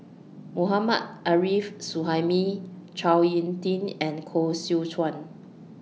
Mohammad Arif Suhaimi Chao Tin and Koh Seow Chuan